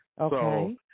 Okay